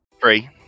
Three